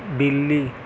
بلی